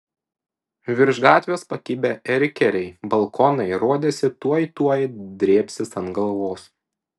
virš gatvės pakibę erkeriai balkonai rodėsi tuoj tuoj drėbsis ant galvos